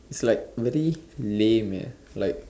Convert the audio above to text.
it's like very lame eh like